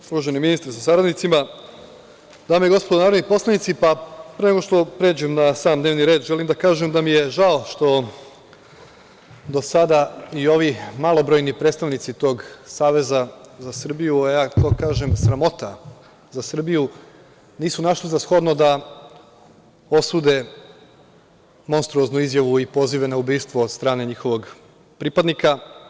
Uvaženi ministre sa saradnicima, dame i gospodo narodni poslanici, pre nego što pređem na sam dnevni red, želim da kažem da mi je žao što do sada i ovi malobrojni predstavnici tog Saveza za Srbiju, a ja to kažem sramota za Srbiju, nisu našli za shodno da osude monstruoznu izjavu i pozive na ubistvo od strane njihovog pripadnika.